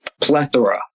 plethora